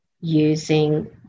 using